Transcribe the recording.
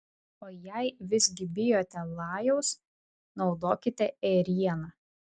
o jei visgi bijote lajaus naudokite ėrieną